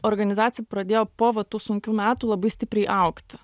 organizacija pradėjo po va tų sunkių metų labai stipriai augti